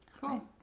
cool